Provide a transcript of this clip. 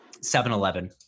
7-Eleven